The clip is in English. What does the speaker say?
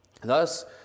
Thus